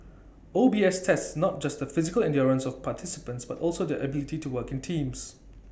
O B S tests not just the physical endurance of participants but also their ability to work in teams